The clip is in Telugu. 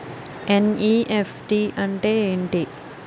ఎన్.ఈ.ఎఫ్.టి అంటే ఎంటి?